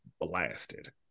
blasted